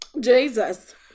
Jesus